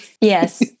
yes